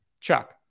Chuck